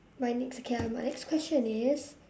my next okay ah my next question is